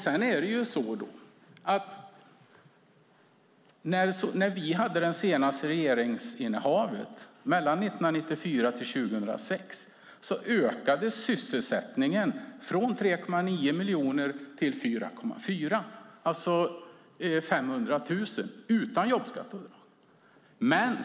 Under vårt senaste regeringsinnehav, mellan 1994 och 2006, ökade sysselsättningen från 3,9 miljoner till 4,4 - alltså med 500 000 - utan jobbskatteavdrag.